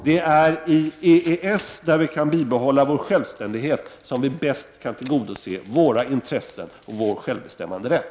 Det är i EES, där vi kan bibehålla vår självständighet, som vi bäst kan tillgodose våra intressen och vår självbestämmanderätt.